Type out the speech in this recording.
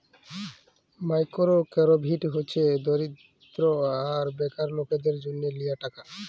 micro credit হছে দরিদ্য আর বেকার লকদের জ্যনহ লিয়া টাকা